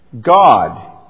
God